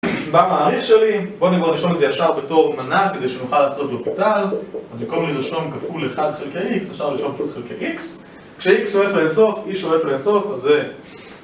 במעריך שלי, בואו נבוא ונרשום את זה ישר בתור מנה, כדי שנוכל לעשות לופיטל. במקום לרשום כפול 1 חלקי x, אפשר לרשום פשוט חלקי x. כש-x שואף לאין-סוף, e שואף לאן-סוף, אז זה...